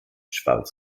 schwarz